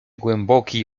głęboki